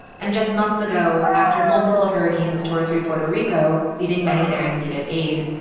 and just months ago, after multiple hurricanes tore through puerto rico, leaving many there in need of aid,